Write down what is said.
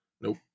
Nope